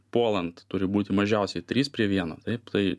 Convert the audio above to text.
puolant turi būti mažiausiai trys prie vieno taip tai